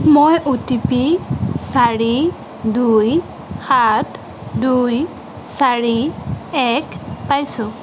মই O T P চাৰি দুই সাত দুই চাৰি এক পাইছোঁ